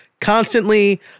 constantly